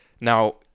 Now